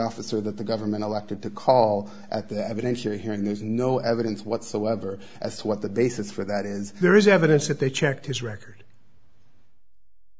officer that the government elected to call at the evidentiary hearing there's no evidence whatsoever as to what the basis for that is there is evidence that they checked his record